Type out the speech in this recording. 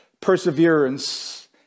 perseverance